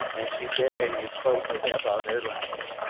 and she said and you spoke to them about their last.